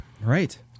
Right